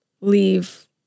leave